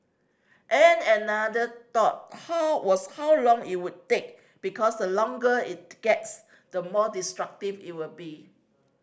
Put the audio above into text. and another thought how was how long it would take because the longer it gets the more destructive it will be